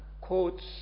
quotes